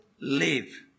live